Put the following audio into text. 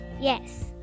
yes